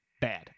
bad